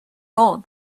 gold